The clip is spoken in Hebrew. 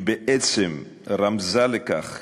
היא בעצם רמזה לכך